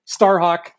Starhawk